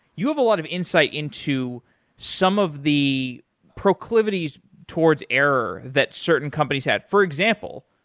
you have a lot of insight into some of the proclivities towards error that certain companies have. for example,